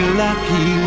lucky